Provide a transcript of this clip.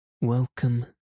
Welcome